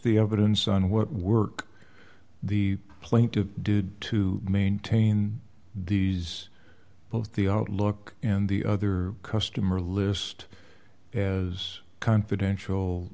the evidence and what were the plane to do to maintain these post the outlook and the other customer list is confidential